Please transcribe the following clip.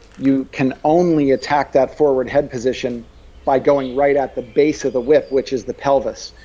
you can only attack that forward head position by going right at the base of the width, which is the pelvis.